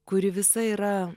kuri visa yra